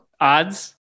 Odds